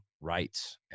rights